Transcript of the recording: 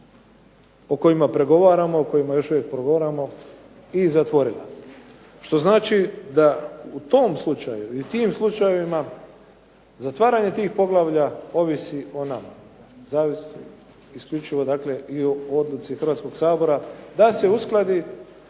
o kojima pregovaramo, o kojima još uvijek pregovaramo i zatvorila, što znači da u tom slučaju i tim slučajevima zatvaranje tih poglavlja ovisi o nama. Zavisi isključivo, dakle i o odluci Hrvatskog sabora da se uskladi